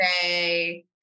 say